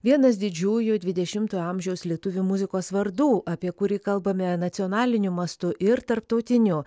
vienas didžiųjų dvidešimtojo amžiaus lietuvių muzikos vardų apie kurį kalbame nacionaliniu mastu ir tarptautiniu